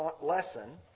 lesson